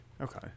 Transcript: okay